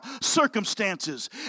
circumstances